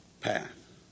path